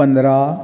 पंदरा